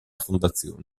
fondazione